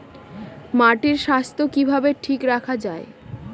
মাটির স্বাস্থ্য কিভাবে ঠিক রাখা যায়?